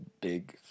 big